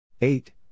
eight